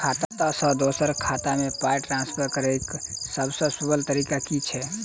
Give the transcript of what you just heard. खाता सँ दोसर खाता मे पाई ट्रान्सफर करैक सभसँ सुलभ तरीका की छी?